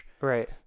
Right